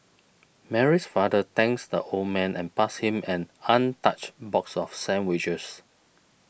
Mary's father thanks the old man and passed him an untouched box of sandwiches